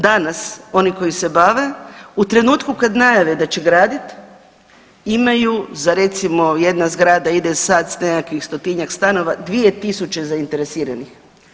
Danas, oni koji se bave u trenutku kad najave da će gradit imaju za recimo jedna zgrada ide sad s nekakvih stotinjak stanova, 2000 zainteresiranih.